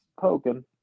poking